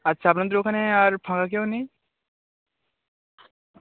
আচ্ছা আপনাদের ওখানে আর ফাঁকা কেউ নেই